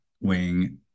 wing